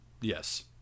Yes